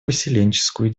поселенческую